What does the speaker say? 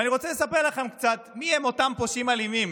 ואני רוצה לספר לכם קצת מיהם אותם פושעים אלימים,